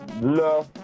No